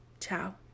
Ciao